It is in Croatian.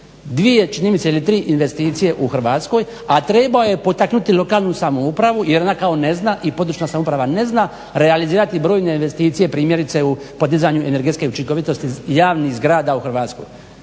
dvije čini mi se ili tri investicije u Hrvatskoj, a trebao je potaknuti lokalnu samoupravu jer ona kao ne zna i područna samouprava ne zna realizirati brojne investicije primjerice u podizanju energetske učinkovitosti javnih zgrada u Hrvatskoj.